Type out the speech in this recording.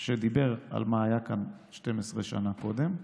שדיבר על מה שהיה כאן 12 שנה קודם,